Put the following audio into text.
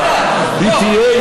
בשביל